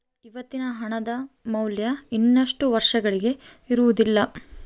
ಇವತ್ತಿನ ಹಣದ ಮೌಲ್ಯ ಇನ್ನಷ್ಟು ವರ್ಷಗಳಿಗೆ ಇರುವುದಿಲ್ಲ